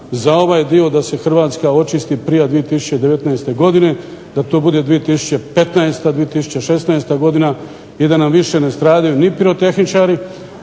za ovaj dio da se Hrvatske očisti prije 2019. godine, da to bude 2015., 2016. godina i da nam više ne stradaju ni pirotehničari